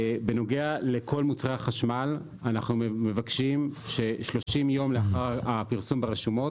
בנוגע לכל מוצרי החשמל אנחנו מבקשים ש-30 יום לאחר הפרסום ברשומות